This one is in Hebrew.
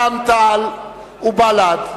רע"ם-תע"ל ובל"ד: